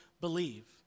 believe